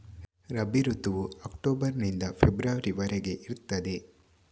ರಬಿ ಋತುವು ಅಕ್ಟೋಬರ್ ನಿಂದ ಫೆಬ್ರವರಿ ವರೆಗೆ ಇರ್ತದೆ